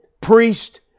priest